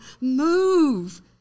move